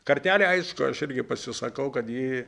kartelė aišku aš irgi pasisakau kad ji